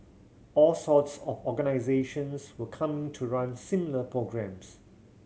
all sorts of organisations were coming to run similar programmes